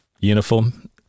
uniform